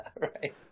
right